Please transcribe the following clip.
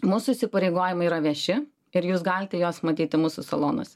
mūsų įsipareigojimai yra vieši ir jūs galite juos matyti mūsų salonuose